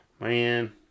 Man